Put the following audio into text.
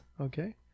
Okay